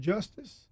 Justice